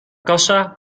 kassa